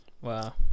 Wow